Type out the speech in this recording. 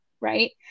right